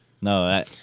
No